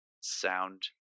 sound